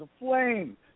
aflame